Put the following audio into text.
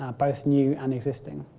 ah both new and existing.